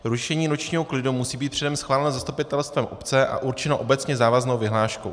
Rušení nočního klidu musí být předem schváleno zastupitelstvem obce a určeno obecně závaznou vyhláškou.